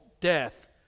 death